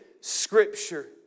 Scripture